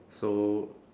so